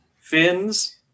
fins